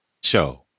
Show